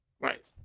right